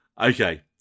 Okay